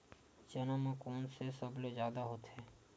चना म कोन से सबले जादा होथे?